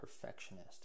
perfectionist